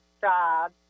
job